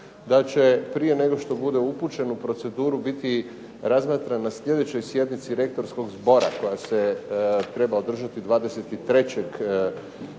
DA će prije nego što bude upućen u proceduru biti razmatran na sjednici Rektorskog zbora koja se treba održati 23.